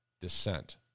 dissent